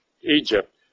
Egypt